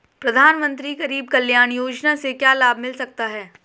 प्रधानमंत्री गरीब कल्याण योजना से क्या लाभ मिल सकता है?